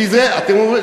כי זה אתם אומרים,